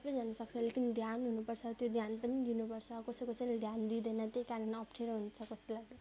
सबैजना सक्छ लेकिन ध्यान हुनु पर्छ त्यो ध्यान पनि दिनु पर्छ कसै कसैले ध्यान दिँदैन त्यही कारण अप्ठ्यारो हुन्छ कसैलाई